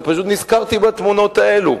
ופשוט נזכרתי בתמונות האלה.